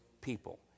people